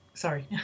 sorry